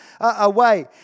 away